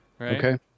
Okay